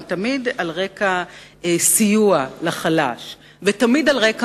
הם תמיד על רקע סיוע לחלש ותמיד על רקע